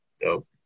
Dope